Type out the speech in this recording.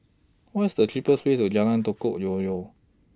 What IS The cheapest Way to Jalan Gotong Royong